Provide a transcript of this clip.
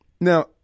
Now